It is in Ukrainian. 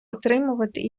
отримувати